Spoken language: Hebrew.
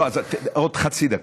עוד חצי דקה,